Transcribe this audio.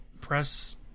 press